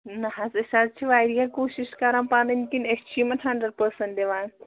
نہَ حظ أسۍ حظ چھِ واریاہ کوٗشِش کَران پَنٕنۍ کِنۍ أسۍ چھِ یِمَن ہَنٛڈرنٛڈ پٔرسَنٛٹ دِوان